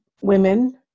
women